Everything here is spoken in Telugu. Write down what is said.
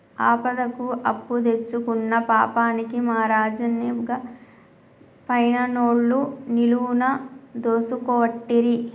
ఆపదకు అప్పుదెచ్చుకున్న పాపానికి మా రాజన్ని గా పైనాన్సోళ్లు నిలువున దోసుకోవట్టిరి